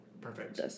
Perfect